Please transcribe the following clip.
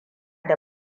da